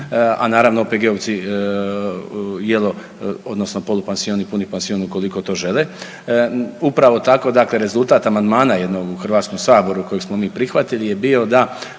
a naravno OPG-ovci jelo odnosno polupansion i puni pansion ukoliko to žele. Upravo tako rezultat amandmana jednog u HS-u kojeg smo mi prihvatili je bio da